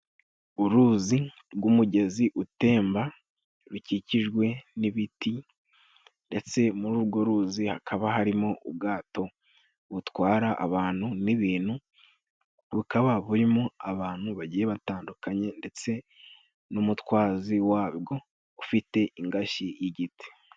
Uruzi rw'umugezi utemba rukikijwe n'ibiti, ndetse muri urwo ruzi hakaba harimo ubwato butwara abantu n'ibintu, bukaba burimo abantu bagiye batandukanye ndetse n'umutwazi warwo ufite ingashyi y'igiti.